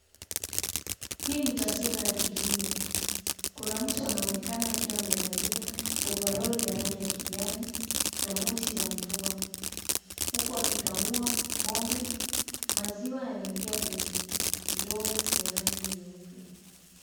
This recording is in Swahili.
Hii ni taswira ya kilimo. Kuna mtu anaonekana akiwa amevalia ovaroli ya rangi ya kijani na buti za mvua huku akikamua ng'ombe. Maziwa yanaingia kwenye ndoo ya rangi nyeupe.